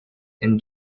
and